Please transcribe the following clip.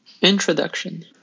Introduction